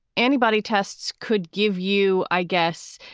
antibody tests could give you, i guess,